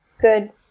good